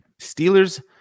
Steelers